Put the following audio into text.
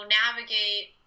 navigate